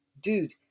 dude